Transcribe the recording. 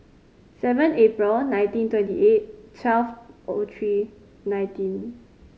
seven April nineteen twenty eight twelve O three nineteen